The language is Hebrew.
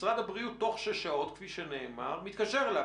משרד הבריאות תוך שש שעות כמו שנאמר מתקשר אליו.